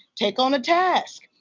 take on a task.